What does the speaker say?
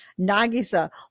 nagisa